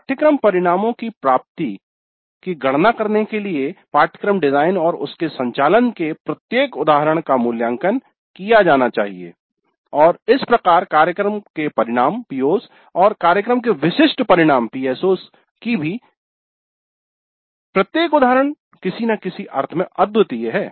पाठ्यक्रम परिणामों की प्राप्ति की गणना करने के लिए पाठ्यक्रम डिजाइन और उसके सञ्चालन के प्रत्येक उदाहरण का मूल्यांकन किया जाना चाहिए और इस प्रकार कार्यक्रम के परिणाम और कार्यक्रम के विशिष्ट परिणाम की भी प्रत्येक उदाहरण किसी न किसी अर्थ में अद्वितीय है